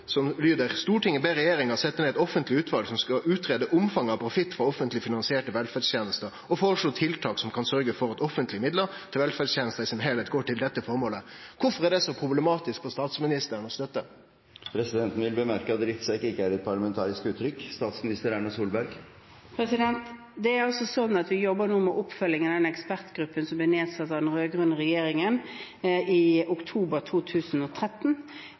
som lyder: «Stortinget ber regjeringen sette ned et offentlig utvalg som skal utrede omfanget av profitt fra offentlig finansierte velferdstjenester, og foreslå tiltak som kan sørge for at offentlige midler som bevilges til velferdstjenester, i sin helhet går til dette formålet.» Kvifor er dette så problematisk for statsministeren å støtte? Presidenten vil bemerke at «drittsekk» ikke er et parlamentarisk uttrykk. Vi jobber nå med oppfølgingen av den ekspertgruppen som ble nedsatt av den rød-grønne regjeringen i oktober 2013.